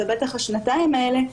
ובטח במהלך השנתיים האלה,